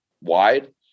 wide